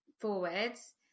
forwards